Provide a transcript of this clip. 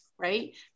right